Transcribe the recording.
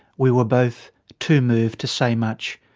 we were both too moved to say much.